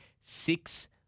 six